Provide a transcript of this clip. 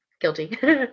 guilty